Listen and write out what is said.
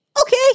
Okay